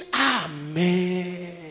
Amen